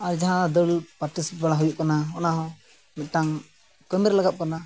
ᱟᱨ ᱡᱟᱦᱟᱸ ᱫᱟᱹᱲ ᱯᱟᱨᱴᱤᱥᱤᱯᱮᱴ ᱦᱩᱭᱩᱜ ᱠᱟᱱᱟ ᱚᱱᱟ ᱦᱚᱸ ᱢᱤᱫᱴᱟᱝ ᱠᱟᱹᱢᱤᱨᱮ ᱞᱟᱜᱟᱜ ᱠᱟᱱᱟ